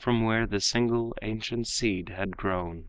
from where the single ancient seed had grown.